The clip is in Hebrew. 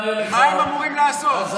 מה הם אמורים לעשות?